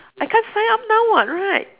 I can't sign up now what right